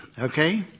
Okay